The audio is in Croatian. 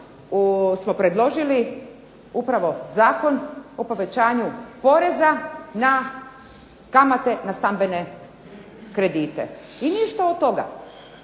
smo predložili upravo zakon o povećanju poreza na kamate na stambene kredite i ništa od toga.